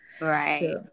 Right